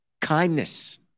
kindness